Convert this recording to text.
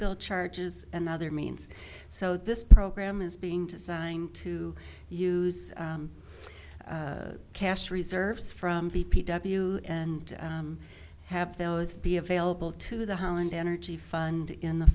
bill charges and other means so this program is being designed to use cash reserves from d p w and have those be available to the holland energy fund in the